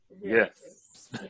yes